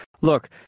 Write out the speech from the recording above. Look